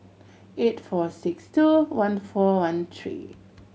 eight four six two one four one three